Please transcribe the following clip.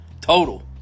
total